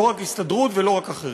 לא רק הסתדרות ולא רק אחרים.